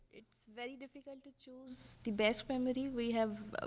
it's very difficult to choose the best memory. we have ah